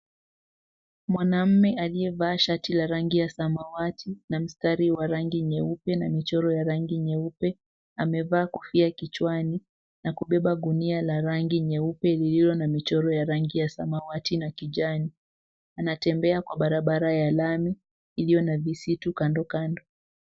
Mwanaume aliyevaa shati la rangi ya samawati na mstari wa rangi nyeupe na michoro ya rangi nyeupe amevaa kofia kichwani na kubeba gunia la rangi nyeupe lililo na michoro ya rangi ya samawati na kijani. Anatembea kwa barabara ya lami iliyo na misitu kandokando.